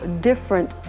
different